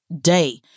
day